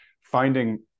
finding